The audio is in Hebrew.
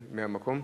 מהמקום.